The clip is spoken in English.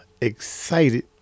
excited